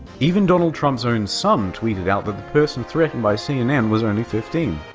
even donald trump's own son tweeted out that the person threatened by cnn was only fifteen.